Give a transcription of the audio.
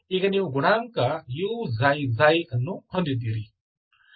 ಈಗ ನೀವು ಗುಣಾಂಕ uξξ ಅನ್ನು ಹೊಂದಿದ್ದೀರಿ